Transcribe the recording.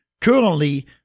Currently